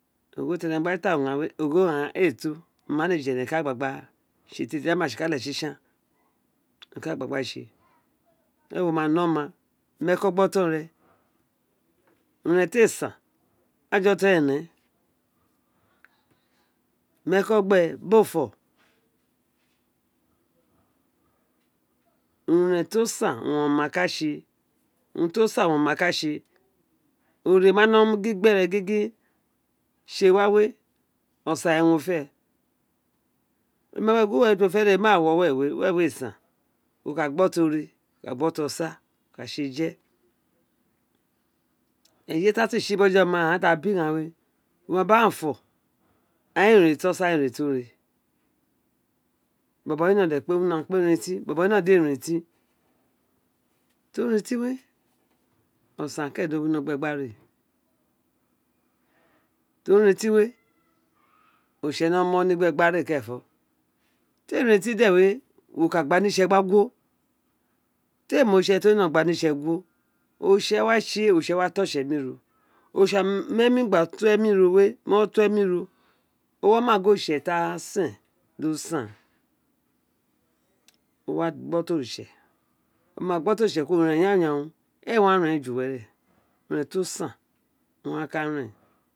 Oghean drama to éné kagla tsi eê tie tie dra ma tsi ka lé tsi tsan o ka gba gba tse weré wo ma nr ọma mr ékọ gbì ọtọn rẹ urun ti eè san otor vi ren mi eko be ma je dr bo fo vounts o san quien oma katse tse, urun tro san owin ams ma no an aber the ore tse wa gingin gin uwe tow no re we bag wo uwe we uwe wensen wo ka abo tr ore wo wo ka ka gbe tr to kaltsi bas be ama tse fs eye boja we chanowe br aghan spo wo ka the is wo ms aghan upo anghaine, are restin agha ofe hope ore bobo ni nó de pe pet et ò retin we olsan ren do winý abs re tr keren órifse no mi ọ retin we ọrffse iwo ni gbe aby re kereaf ngbe wo ka ti éè retin kerinfo we waf gba nr itse agus gu woo tr ke mi retsed nanos gbs ht ítse abs guwd ọnits the go ritse wo tour wa tse emi vo gritse abs to amir no wemo ro we vant emi we de to da sen do san to wa gbo ft britse o ma gbo ti oritse kuro un yannyanın eè wa ren ju were uren tosan aunt o wa ká rèn.